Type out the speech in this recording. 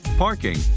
parking